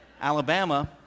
Alabama